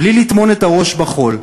בלי לטמון את הראש בחול: